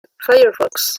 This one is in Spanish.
firefox